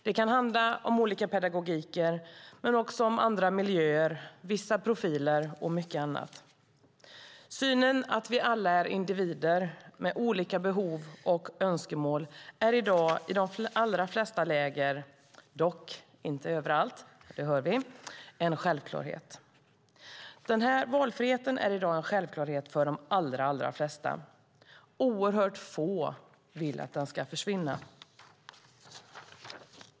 Det kan handla om olika typer av pedagogik men också om andra miljöer, vissa profiler och mycket annat. Synen att vi alla är individer med olika behov och önskemål är i dag i de allra flesta läger - dock inte överallt, det hör vi - en självklarhet. Denna valfrihet är i dag en självklarhet för de allra flesta. Oerhört få vill att den ska försvinna.